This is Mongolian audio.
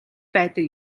байдаг